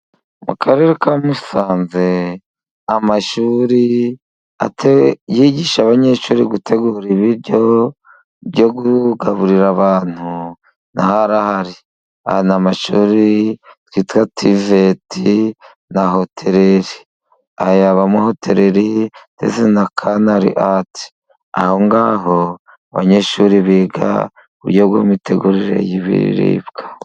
Mu karere ka Musanze amashuri yigisha abanyeshuri gutegura ibiryo byo kugaburira abantu naho arahari. Aya ni amashuri twita TVET na hotereri. Aya abamo hotereri ndetse na karinari atsi. Aho ngaho abanyeshuri biga uburyo bw'imitegurire y'ibiribwa.